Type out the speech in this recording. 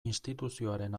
instituzioaren